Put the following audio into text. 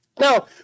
Now